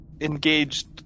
engaged